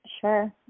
Sure